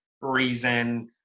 reason